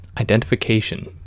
identification